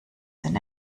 den